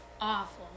awful